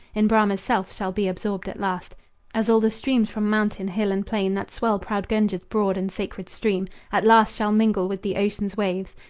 in brahma's self shall be absorbed at last as all the streams from mountain, hill and plain, that swell proud gunga's broad and sacred stream, at last shall mingle with the ocean's waves,